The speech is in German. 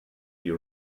die